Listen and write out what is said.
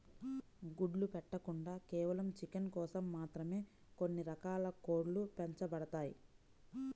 గుడ్లు పెట్టకుండా కేవలం చికెన్ కోసం మాత్రమే కొన్ని రకాల కోడ్లు పెంచబడతాయి